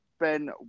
Ben